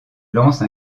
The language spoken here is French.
lance